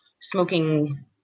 smoking